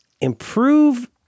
improve